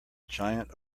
giant